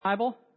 Bible